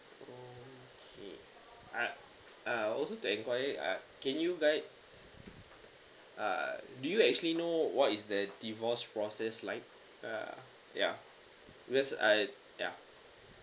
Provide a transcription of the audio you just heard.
okay uh I also to enquire you uh can you guide uh do you actually know what is the divorce process like uh ya because I ya